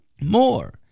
more